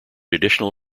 additional